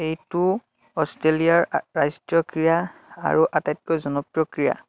এইটো অষ্ট্ৰেলিয়াৰ ৰাষ্ট্ৰীয় ক্ৰীড়া আৰু আটাইতকৈ জনপ্ৰিয় ক্ৰীড়া